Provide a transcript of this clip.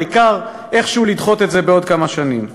העיקר איכשהו לדחות את זה בעוד כמה שנים.